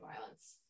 violence